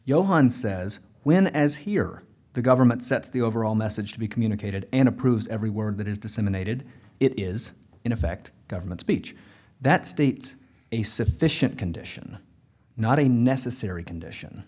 yohan says when as here the government sets the overall message to be communicated and approved every word that is disseminated it is in effect government speech that state a sufficient condition not a necessary condition